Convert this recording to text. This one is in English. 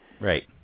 Right